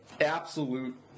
absolute